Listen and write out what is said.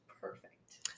perfect